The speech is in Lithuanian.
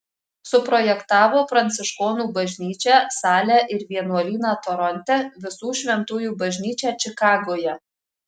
suprojektavo pranciškonų bažnyčią salę ir vienuolyną toronte visų šventųjų bažnyčią čikagoje